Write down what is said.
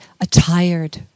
attired